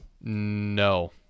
No